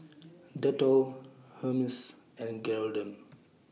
Dettol Hermes and Geraldton